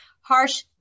harsh